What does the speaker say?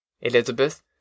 Elizabeth